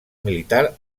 militar